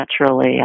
naturally